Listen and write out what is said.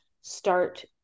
start